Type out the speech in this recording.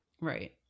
Right